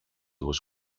was